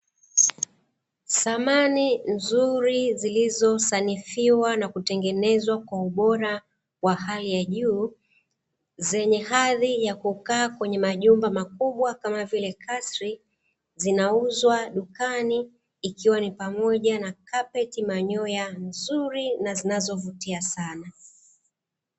Samani nzuri zilizo sanifiwa na kutengenezwa kwa ubora wa hali ya juu, zenye hazi ya kukaa kwenye majumba makubwa kama vile kasri zinauzwa dukani, ikiwa ni pamoja na kapeti manyoya zuri na zinazovutia sana.